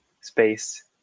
space